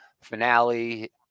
finale